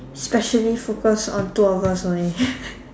specially focus on two of us only